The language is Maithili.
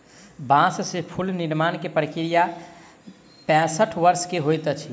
बांस से फूल निर्माण के प्रक्रिया पैसठ वर्ष के होइत अछि